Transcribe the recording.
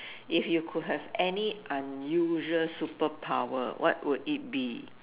if you could have any unusual superpower what would it be